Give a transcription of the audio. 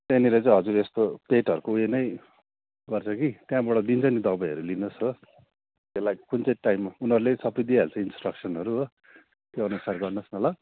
त्यहाँनिर चाहिँ हजुर यस्तो पेटहरूको उयो नै गर्छ कि त्यहाँबाट दिन्छ नि दवाईहरू लिनुहोस् हो त्यसलाई कुन चाहिँ टाइममा उनीहरूले सबै दिइहाल्छ इन्सट्रक्सनहरू हो त्यो अनुसार गर्नुहोस् न ल